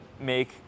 make